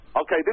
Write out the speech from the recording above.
okay